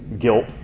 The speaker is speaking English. guilt